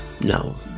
No